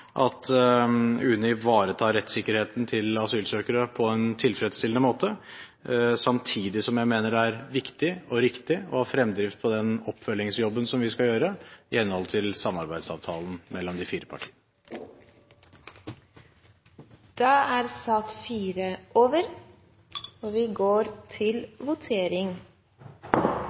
at UNE ivaretar rettssikkerheten til asylsøkere på en tilfredsstillende måte, samtidig som jeg mener det er viktig og riktig å ha fremdrift på den oppfølgingsjobben vi skal gjøre i henhold til samarbeidsavtalen mellom de fire partiene. Sak nr. 4 er dermed slutt. Vi er da klare til å gå til votering